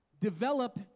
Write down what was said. develop